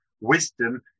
wisdom